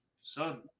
son